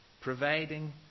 providing